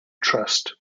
trust